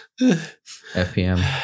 FPM